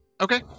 Okay